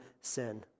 sin